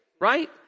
right